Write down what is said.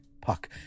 Puck